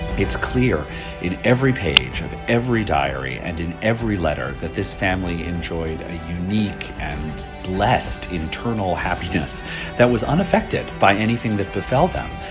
it's clear in every page of every diary and in every letter that this family enjoyed a unique and blessed internal happiness that was unaffected by anything that befell them